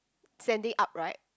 standing up right